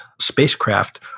spacecraft